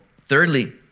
Thirdly